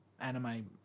anime